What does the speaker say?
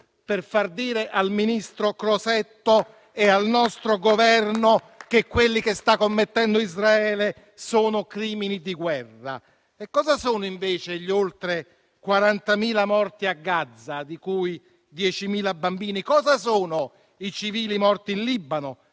per far dire al ministro Crosetto e al nostro Governo che quelli che sta commettendo Israele sono crimini di guerra. Cosa sono invece gli oltre 40.000 morti a Gaza, di cui 10.000 bambini? Cosa sono i civili morti in Libano,